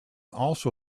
also